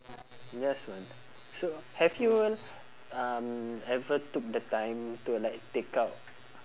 just one so have you um ever took the time to like take out